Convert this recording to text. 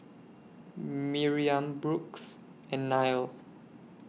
Miriam Brooks and Nile